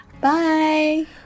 bye